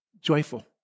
joyful